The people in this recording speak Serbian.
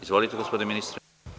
Izvolite, gospodine ministre.